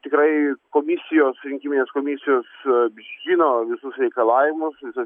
tikrai komisijos rinkiminės komisijos žino visus reikalavimus visas direktyvas